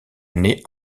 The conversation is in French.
année